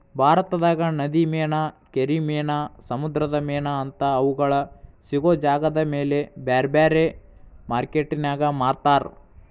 ಭಾರತದಾಗ ನದಿ ಮೇನಾ, ಕೆರಿ ಮೇನಾ, ಸಮುದ್ರದ ಮೇನಾ ಅಂತಾ ಅವುಗಳ ಸಿಗೋ ಜಾಗದಮೇಲೆ ಬ್ಯಾರ್ಬ್ಯಾರೇ ಮಾರ್ಕೆಟಿನ್ಯಾಗ ಮಾರ್ತಾರ